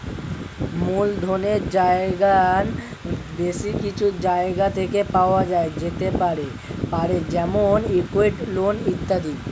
মূলধনের জোগান বেশ কিছু জায়গা থেকে পাওয়া যেতে পারে যেমন ইক্যুইটি, লোন ইত্যাদি